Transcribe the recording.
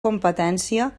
competència